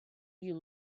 you